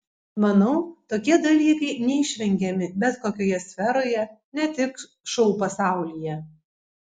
manau tokie dalykai neišvengiami bet kokioje sferoje ne tik šou pasaulyje